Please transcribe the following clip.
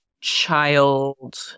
child